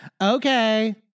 okay